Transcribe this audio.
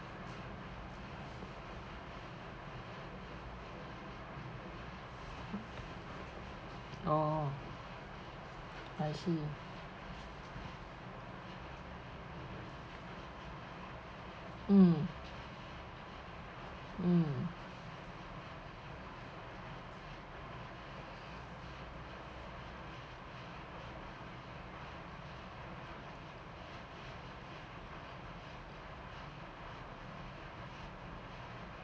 oh I see mm mm